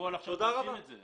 בפועל עושים את זה.